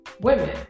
women